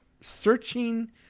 searching